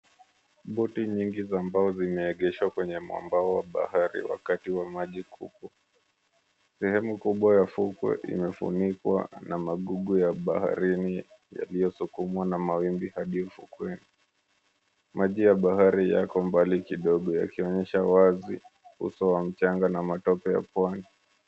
Boti nyingi za mbao zimeegeshwa kwenye mwambao wa bahari wakati wa maji, huku sehemu kubwa ya fukwe imefunikwa na magugu ya baharini yaliosukumwa na mawimbi hadi ufukweni. Maji ya bahari yako mbali kidogo yakionyesha wazi uso wa mchanga na matope ya pwani.